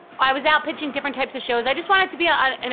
i was out pitching different types of shows. i just wanted to be on a and